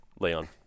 Leon